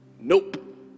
Nope